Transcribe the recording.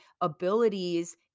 abilities